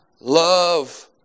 love